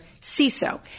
CISO